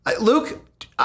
Luke